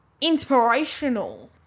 inspirational